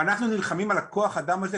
אנחנו נלחמים על כוח האדם הזה,